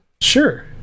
sure